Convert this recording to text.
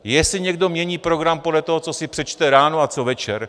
Jestli někdo mění program podle toho, co si přečte ráno a co večer.